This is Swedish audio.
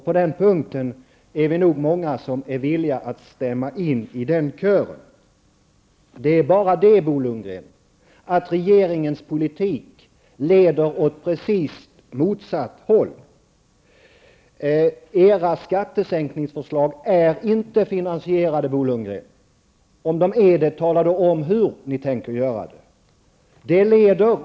Vi är nog många som är villiga att stämma in i den kören. Det är bara det, Bo Lundgren, att regeringens politik leder åt precis motsatt håll. Era skattesänkningsförslag är inte finansierade, Bo Lundgren. Om de är det -- tala då om hur ni tänker finansiera dem!